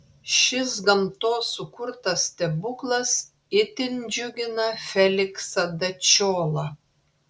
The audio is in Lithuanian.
šis gamtos sukurtas stebuklas itin džiugina feliksą dačiolą